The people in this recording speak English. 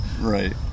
right